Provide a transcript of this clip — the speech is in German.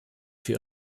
für